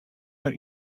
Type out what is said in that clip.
mear